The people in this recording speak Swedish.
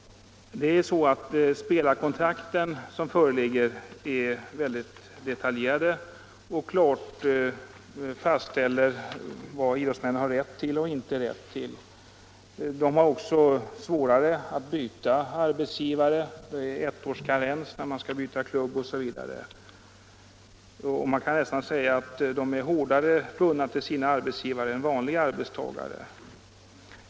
Spelarkontrakten är väldigt detaljerade och fastställer klart vad idrottsmännen har rätt till och inte rätt till. Spelarna har också ganska svårt att byta arbetsgivare — här gäller ettårskarens när man byter klubb, osv. Det kan nästan sägas att de är hårdare bundna till sina arbetsgivare än vanliga arbetstagare är.